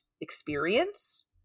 experience